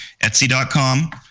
Etsy.com